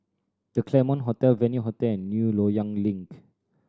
The Claremont Hotel Venue Hotel and New Loyang Link